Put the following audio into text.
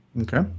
Okay